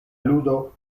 ludo